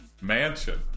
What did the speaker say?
mansion